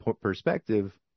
perspective